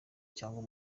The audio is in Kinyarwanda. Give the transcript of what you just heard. cyangwa